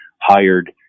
hired